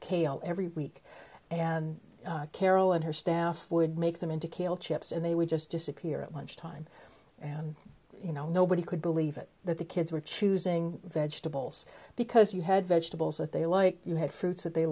kale every week and carol and her staff would make them into kale chips and they would just disappear at lunch time and you know nobody could believe it that the kids were choosing vegetables because you had vegetables that they like you had fruits that they